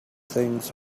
things